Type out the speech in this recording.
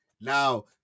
Now